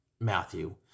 Matthew